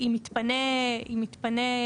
אם יתפנה כלי,